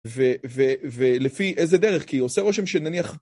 ולפי איזה דרך כי עושה רושם שנניח